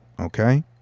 Okay